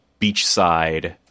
beachside